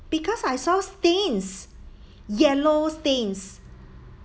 because I saw stains yellow stains